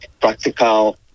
practical